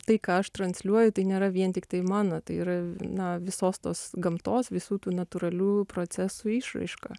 tai ką aš transliuoju tai nėra vien tiktai mano tai yra na visos tos gamtos visų tų natūralių procesų išraiška